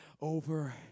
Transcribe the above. over